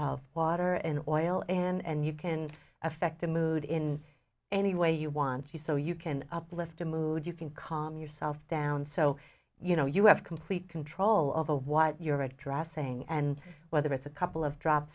of water and oil and you can affect the mood in any way you want to be so you can uplift a mood you can calm yourself down so you know you have complete control of what you're addressing and whether it's a couple of drop